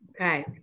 Okay